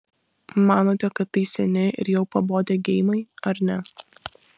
manote kad tai seni ir jau pabodę geimai ar ne